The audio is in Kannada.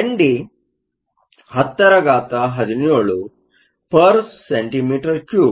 N D 1017 cm 3